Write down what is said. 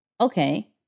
okay